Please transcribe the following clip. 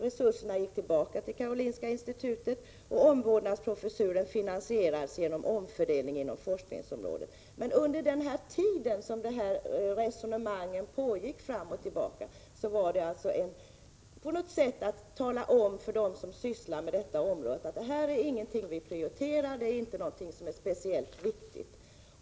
Resurserna gick tillbaka till Karolinska institutet, och omvårdnadsprofessuren finansierades genom en omfördelning inom forskningsområdet. Dessa resonemang som pågick fram och tillbaka kunde uppfattas som ett sätt att tala om för dem som sysslar med detta område att det här inte var något som prioriterades, att det inte var speciellt viktigt.